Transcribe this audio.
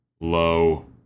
low